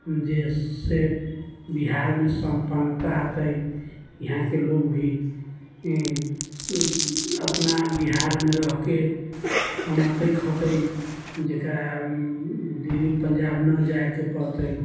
जाहिसँ बिहारमे सम्पन्नता औतै यहाँके लोक भी अपना बिहारमे रहके कमैतै खाइतै जकरा दिल्ली पञ्जाब नहि जाइके पड़तै